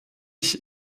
ich